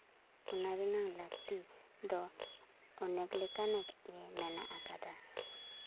ᱚᱱᱟ ᱨᱮᱱᱟᱝ ᱞᱟᱹᱠᱛᱤ ᱫᱚ ᱚᱱᱮᱠ ᱞᱮᱠᱟᱱᱟᱜ ᱜᱮ ᱢᱮᱱᱟᱜ ᱟᱠᱟᱫᱟ